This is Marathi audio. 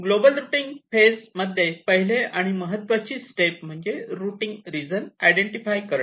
ग्लोबल रुटींग फेज मध्ये पहिले आणि महत्त्वाचे स्टेप म्हणजे रुटींग रीजन आयडेंटिफाय करणे